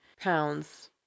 pounds